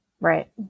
Right